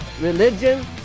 religion